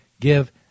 give